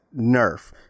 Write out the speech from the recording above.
Nerf